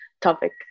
topic